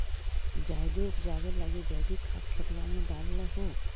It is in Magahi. जायदे उपजाबे लगी जैवीक खाद खेतबा मे डाल हो?